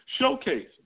showcase